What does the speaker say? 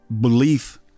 belief